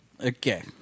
Okay